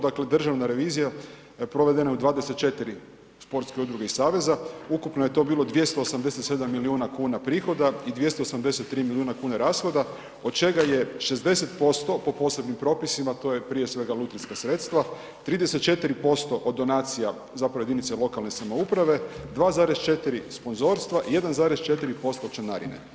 Dakle, državna revizija provedena u 24 sportske udruge i saveza, ukupno je to bilo 287 milijuna kuna prihoda i 283 milijuna kuna rashoda od čega je 60% po posebnim propisima to je prije svega lutrijska sredstva, 34% od donacija zapravo jedinice lokalne samouprave, 2,4 sponzorstva, 1,4% članarine.